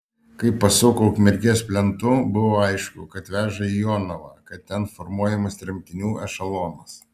kai pasuko ukmergės plentu buvo aišku kad veža į jonavą kad ten formuojamas tremtinių ešelonas